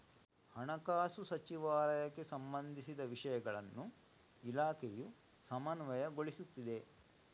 ಹಣಕಾಸು ಸಚಿವಾಲಯಕ್ಕೆ ಸಂಬಂಧಿಸಿದ ವಿಷಯಗಳನ್ನು ಇಲಾಖೆಯು ಸಮನ್ವಯಗೊಳಿಸುತ್ತಿದೆ